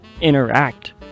interact